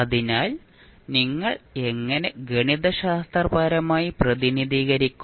അതിനാൽ നിങ്ങൾ എങ്ങനെ ഗണിതശാസ്ത്രപരമായി പ്രതിനിധീകരിക്കും